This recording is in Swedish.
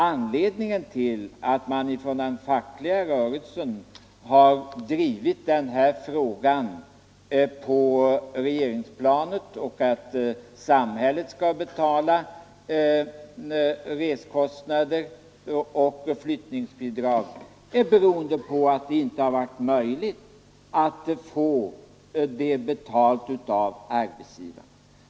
Anledningen till att den fackliga rörelsen har drivit denna fråga på regeringsplanet och att samhället nu betalar resekostnader och flyttningsbidrag är att det inte har varit möjligt att få dessa kostnader betalda av arbetsgivarna.